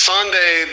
Sunday